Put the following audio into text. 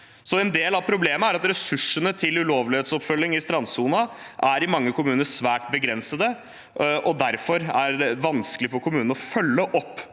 En del av problemet er at ressursene til ulovlighetsoppfølging i strandsonen er svært begrenset i mange kommuner, og derfor er det vanskelig for kommunene å følge opp